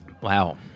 Wow